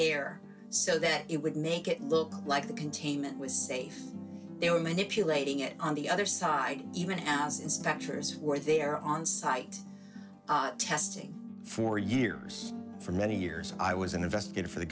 air so that it would make it look like the containment was safe they were manipulating it on the other side even as in statures were there onsite testing for years for many years i was an investigator for the